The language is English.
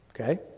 okay